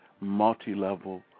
multi-level